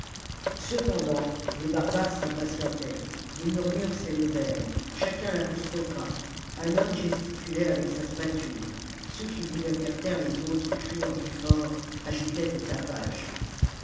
cependant les barbares s'impatientaient des murmures s'élevèrent chacun l'apostropha hannon gesticulait avec sa spatule ceux qui voulaient faire taire les autres criant plus fort ajoutaient au tapage